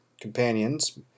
companions